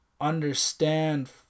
understand